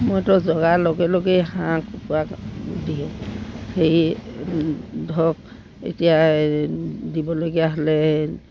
মইতো জগাৰ লগে লগেই হাঁহ কুকুৰা হেৰি ধৰক এতিয়া দিবলগীয়া হ'লে